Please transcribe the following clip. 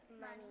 Money